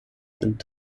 sind